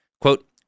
Quote